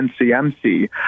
NCMC